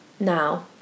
now